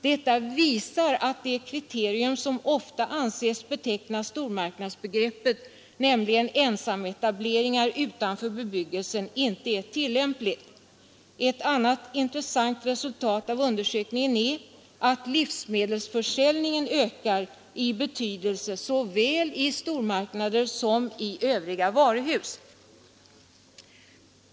Detta visar att det kriterium som ofta anses beteckna stormarknadsbegreppet, nämligen ensametableringar utanför bebyggelsen, inte är tillämpligt. Ett annat intressant resultat av undersökningen är att livsmedelsförsäljningen ökar i betydelse såväl i stormarknader som i övriga varuhus.